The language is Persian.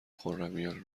خرمیان